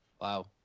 Wow